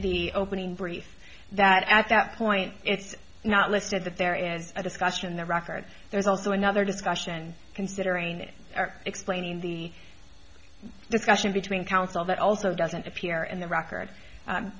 the opening brief that at that point it's not listed that there is a discussion in the record there's also another discussion considering it or explaining the discussion between counsel that also doesn't appear in the record